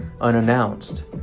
unannounced